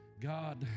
God